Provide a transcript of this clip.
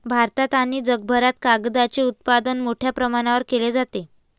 भारतात आणि जगभरात कागदाचे उत्पादन मोठ्या प्रमाणावर केले जाते